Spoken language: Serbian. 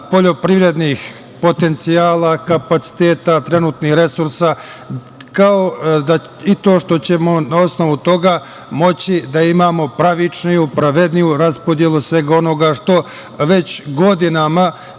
poljoprivrednih potencijala, kapaciteta, trenutnih resursa, kao i to što ćemo na osnovu toga moći da imamo pravičniju, pravedniju raspodelu svega onoga što već godinama